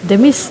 that means